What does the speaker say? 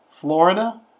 Florida